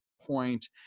point